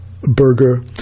burger